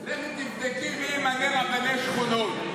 לכי תבדקי מי ממנה רבני שכונות.